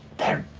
there.